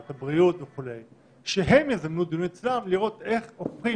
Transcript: ועדת הבריאות וכו' שהם יזמנו דיון אצלם לראות איך הופכים